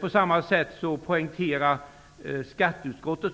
På samma sätt som bostadsutskottet poängterar skatteutskottet